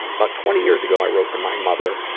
about twenty years ago, i wrote to my mother,